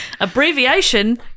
Abbreviation